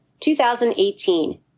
2018